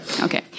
okay